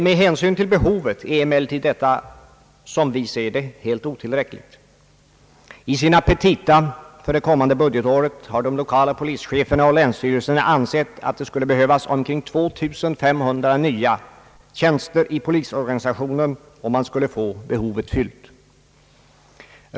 Med hänsyn till behovet anser vi emellertid detta helt otillräckligt. I sina petita för det kommande budgetåret har de lokala polischeferna och länsstyrelserna ansett, att det skulle behövas omkring 2500 nya tjänster i polisorganisationen för att fylla behovet.